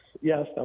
yes